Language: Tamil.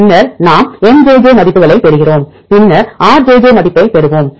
பின்னர் நாம் Mjj மதிப்புகளைப் பெறுகிறோம் பின்னர் Rjj மதிப்பைப் பெறுவோம்